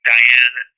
Diane